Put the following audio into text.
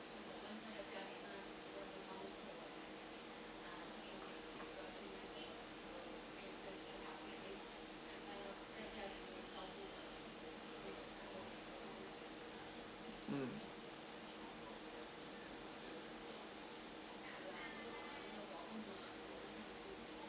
mm